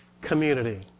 community